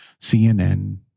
CNN